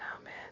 Amen